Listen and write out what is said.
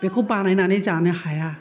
बेखौ बानायनानै जानो हाया